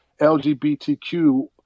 LGBTQ